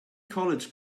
college